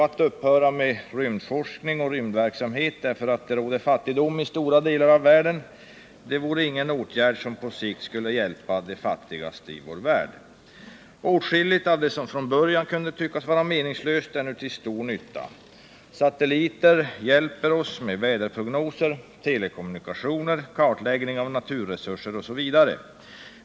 Att upphöra med rymdforskning och rymdverksamhet därför att det råder fattigdom i stora delar av världen vore ingen åtgärd som på sikt skulle hjälpa de fattigaste i vår värld. Åtskilligt av det som från början kunde tyckas vara meningslöst är nu till stor nytta. Satelliter hjälper oss med väderprognoser, telekommunikationer, kartläggning av naturresurser, osv.